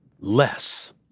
less